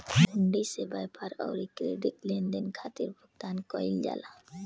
हुंडी से व्यापार अउरी क्रेडिट लेनदेन खातिर भुगतान कईल जाला